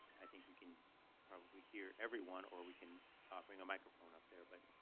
i think we can probably hear everyone. or we can ah bring a microphone up there. but,